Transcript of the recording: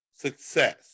success